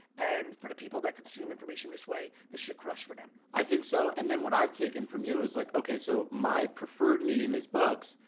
and for the people that consume information this way, this should crush for them. i think so, and then, what i've taken from you is, like, okay, so my preferred medium is books.